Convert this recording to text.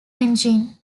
engine